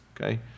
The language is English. okay